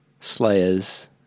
slayers